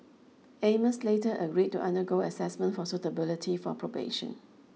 Amos later agreed to undergo assessment for suitability for probation